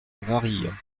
varilhes